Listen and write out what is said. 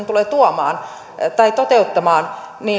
tulee sen toteuttamaan